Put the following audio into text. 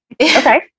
Okay